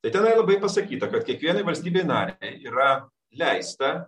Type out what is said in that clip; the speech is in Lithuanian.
tai tenai labai pasakyta kad kiekvienai valstybei yra leista